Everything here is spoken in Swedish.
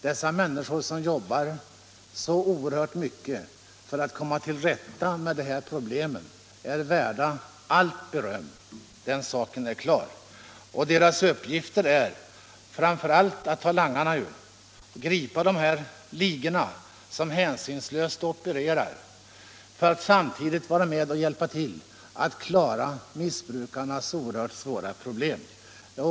Dessa människor som jobbar så oerhört mycket för att komma till rätta med de här problemen är värda allt beröm, den saken är klar. Deras uppgifter är framför allt att ta langarna och gripa de ligor som hänsynslöst opererar, samtidigt skall de hjälpa till att klara missbrukarnas oerhört svåra problem.